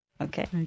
Okay